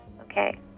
Okay